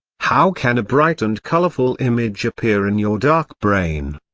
how can a bright and colorful image appear in your dark brain?